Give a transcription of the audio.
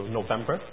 November